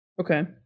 Okay